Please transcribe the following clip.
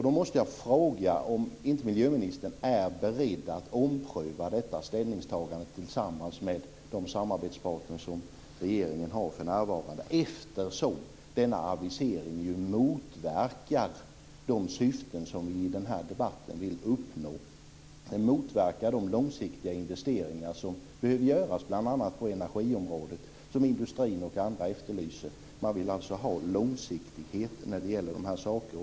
Då måste jag fråga om miljöministern är beredd att ompröva detta ställningstagande tillsammans med de samarbetspartner som regeringen har för närvarande, eftersom denna avisering motverkar de syften som vi i denna debatt vill uppnå. Den motverkar de långsiktiga investeringar som behöver göras bl.a. på energiområdet, som industrin och andra efterlyser. Man vill alltså ha långsiktighet när det gäller dessa saker.